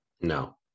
No